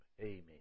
amen